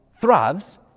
thrives